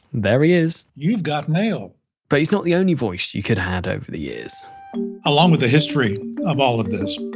there he is you've got mail but he's not the only voice you could have over the years along with the of all of this,